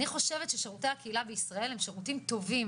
אני חושבת ששירותי הקהילה בישראל הם שירותים טובים